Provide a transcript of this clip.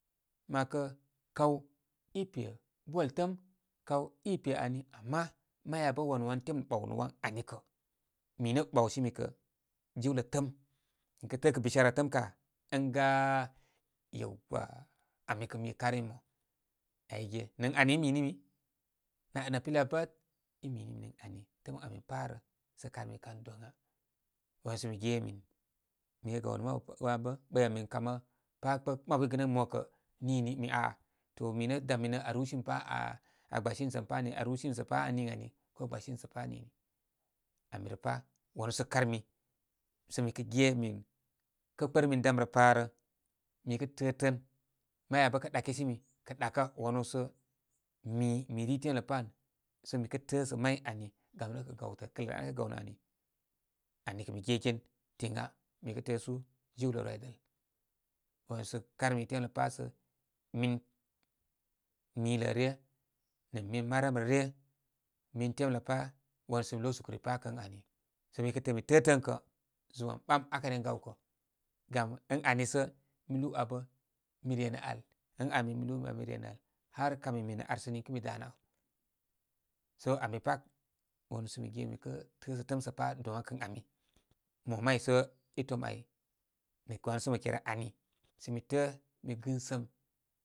Mə 'wakə kaw i pe ball təəm, kawi pe ani. Ama maya bə wan wān temlə ɓaw nə wan ani kə' mi nə' ɓawsimi kə' jiwlə tə'ə'm. Mikə' tə'ə'kə' bishara tə'ə'm ka ən ga yewa ami kə' mi karmi mə. Ayge ən ani i mi ni mi nə pilya pat i mini mi nə ən ani tə'ə'm ən āmi pā rə. Sə karmi kan dona. Wanu sə mi ge min mi kə gaw nə mabu ma ba ɓəyma min kamə pā kpək, mabu i gə'nə əm mo kə' nini. Min a'a to mi nə' dam minə aa rūsimi pā aa gbasimi sə ari pa'ni aa rūsimi sə pa on nin ani ko gbasini sə pāni. Ami rə pā wanu sə karmi. Sə mi kə' ge min kə' kpər min dam rə pa re mi kə tāā tən mayabə kə ɗakisimi, kə' ɗ akə wanusə mi mi ri temlə pa ān səmi kə' təəsə may ani. Gam nə' kə' gawtəl kələlə al kə' gawnə ani. Ami kə' mi gegən tɨna mi kə tə'ə' su jiwlə rwidəl. Wanso kar mi temlə pā sə min milə ryə nə' min marəm ryə, min temlə pā wanūū so mi losə kuri sə pa kə ən ani. Sə mi kə tə min mi təə tən kə' zum am ɓam akə ren gawkə. Gam ən ami sə' lūū abə, mi re nə āl ən āmi mi lūū abə mi renə' al har kami mene ar sə ninkə mi danə āw. sə' ami pat wanūū səmi ge mikə təə sə təəm sə pa' dona kə' ən ami. Mo may sə i to'm ay mi kə' wanu sə mə kerə ani sə mi təə' mi gɨn səm.